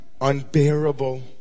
unbearable